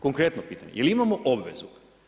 Konkretno pitanje, jel imamo obvezu?